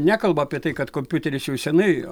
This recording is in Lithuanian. nekalbu apie tai kad kompiuterius jau senai